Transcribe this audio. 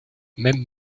même